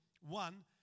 one